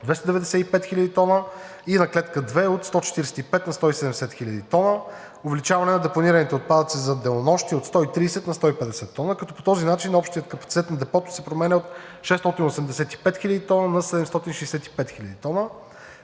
295 хил. тона и на клетка 2 от 145 на 170 хил. тона, увеличаване на депонираните отпадъци за денонощие от 130 на 150 тона, като по този начин общият капацитет на депото се променя от 685 хил. тона на 765 хил. тона.